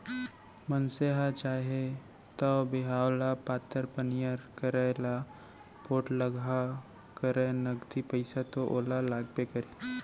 मनसे ह चाहे तौ बिहाव ल पातर पनियर करय या पोठलगहा करय नगदी पइसा तो ओला लागबे करही